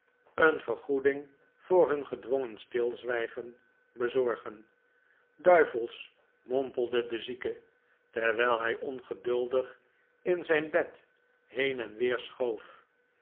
een vergoeding voor hun gedwongen stilzwijgen bezorgen duivels mompelde de zieke terwijl hij ongeduldig in zijn bed heen en weer schoof